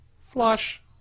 flush